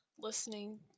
listening